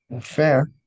Fair